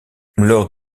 lors